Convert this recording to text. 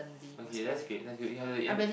okay that's great that's great you have the in